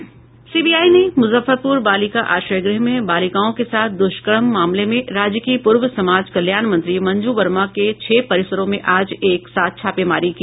CBI ने मुजफ्फरपुर बालिका आश्रय गृह में बालिकाओं के साथ द्रष्कर्म मामले में राज्य की पूर्व समाज कल्याण मंत्री मंजू वर्मा के छह परिसरों में आज एक साथ छापेमारी की